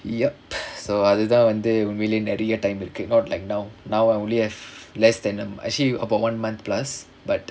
yup so அதுதான் வந்து உண்மையிலே நிறையா:athuthaan vanthu unmaiyilae niraiyaa time இருக்கு:irukku not like now now I only have less than a actually about one month plus but